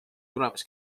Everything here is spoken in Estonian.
tulemus